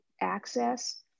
access